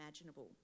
imaginable